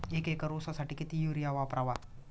एक एकर ऊसासाठी किती युरिया वापरावा?